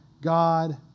God